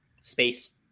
space